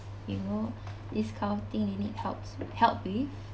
you know this kind of thing you need helps help with